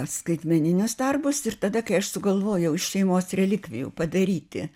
skaitmeninius darbus ir tada kai aš sugalvojau iš šeimos relikvijų padaryti